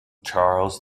charles